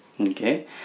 Okay